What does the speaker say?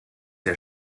der